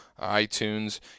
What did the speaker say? iTunes